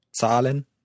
Zahlen